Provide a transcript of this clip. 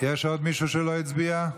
יש עוד מישהו שלא הצביע?